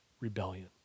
rebellion